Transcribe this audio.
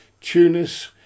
Tunis